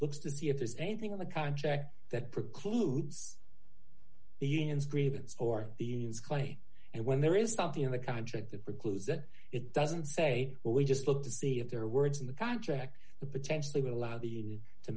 looks to see if there's anything in the contract that precludes the unions grievance or the unions clay and when there is something in the contract that precludes that it doesn't say well we just look to see if there are words in the contract the potentially would allow the union to